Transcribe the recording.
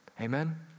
Amen